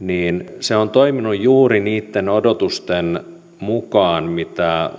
niin se on toiminut juuri niitten odotusten mukaan mitä